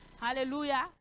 Hallelujah